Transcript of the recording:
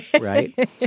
Right